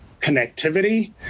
connectivity